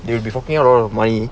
because they will be working on mind